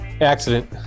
Accident